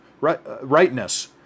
rightness